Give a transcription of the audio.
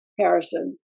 Harrison